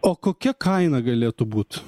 o kokia kaina galėtų būt